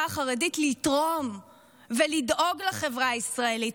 החרדית לתרום ולדאוג לחברה הישראלית,